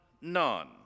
none